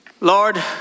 Lord